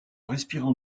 respirant